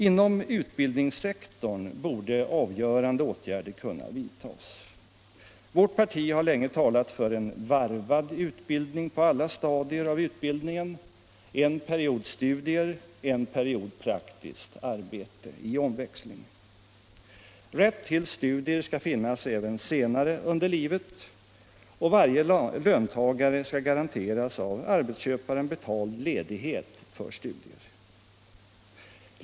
Inom utbildningssektorn borde avgörande åtgärder kunna vidtagas. Vårt parti har länge talat för en varvad utbildning på alla stadier av utbildningen — en period studier, en period praktiskt arbete i omväxling. Rätt till studier skall finnas även senare under livet, och varje löntagare skall garanteras av arbetsköparen betald ledighet för studier.